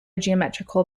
geometrical